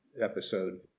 episode